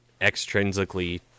extrinsically